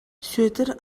сүөдэр